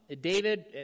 David